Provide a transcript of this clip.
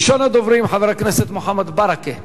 ראשון הדוברים, חבר הכנסת מוחמד ברכה.